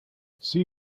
see